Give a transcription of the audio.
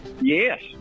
Yes